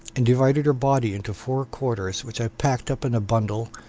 and divided her body into four quarters, which i packed up in a bundle,